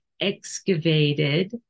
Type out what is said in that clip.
excavated